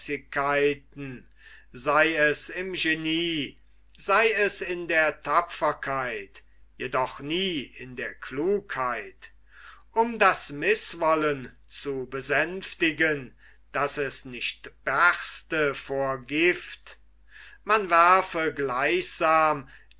sei es im genie sei es in der tapferkeit jedoch nie in der klugheit um das mißwollen zu besänftigen daß es nicht berste vor gift man werfe gleichsam